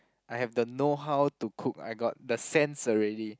I have the know how to cook I got the sense already